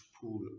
pool